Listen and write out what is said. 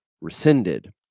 rescinded